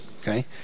okay